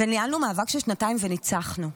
ניהלנו מאבק של שנתיים וניצחנו.